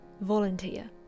volunteer